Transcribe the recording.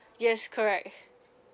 yes correct